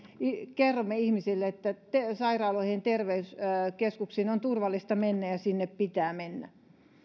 kerromme ihmisille että sairaaloihin ja terveyskeskuksiin on turvallista mennä ja sinne pitää mennä